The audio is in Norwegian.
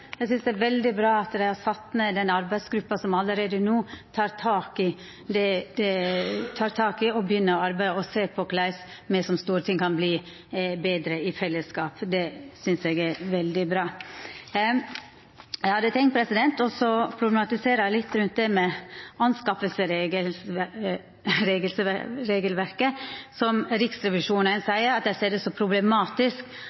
Eg synest det er veldig bra at dei har sett ned den arbeidsgruppa som allereie no tek tak i og begynner å arbeida og sjå på korleis me som storting kan verta betre i fellesskap. Det synest eg er veldig bra. Eg hadde tenkt å problematisera litt rundt det med anskaffingsregelverket, som Riksrevisjonen ser som